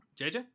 JJ